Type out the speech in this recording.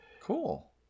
Cool